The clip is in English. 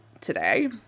today